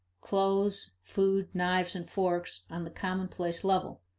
clothes, food, knives and forks on the commonplace level,